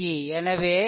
எனவே 6x